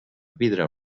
vidre